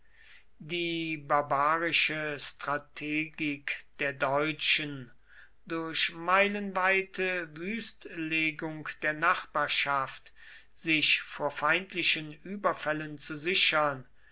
die barbarische strategik der deutschen durch meilenweite wüstlegung der nachbarschaft sich vor feindlichen überfällen zu sichern